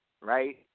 right